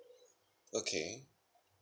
okay